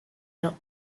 note